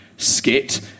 skit